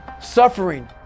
suffering